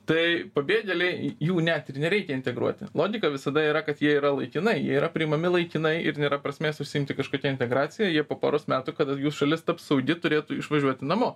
tai pabėgėliai jų net ir nereikia integruoti logika visada yra kad jie yra laikinai yra priimami laikinai ir nėra prasmės užsiimti kažkokia integracija jie po poros metų kada jų šalis taps saugi turėtų išvažiuoti namo